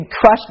crushed